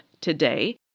today